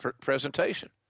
presentation